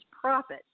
profit